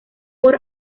por